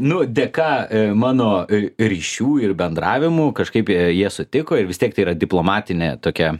nu dėka mano ryšių ir bendravimų kažkaip jie sutiko ir vis tiek tai yra diplomatinė tokia